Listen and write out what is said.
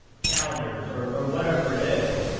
calendars, or or whatever it is.